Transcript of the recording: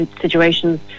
situations